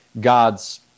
God's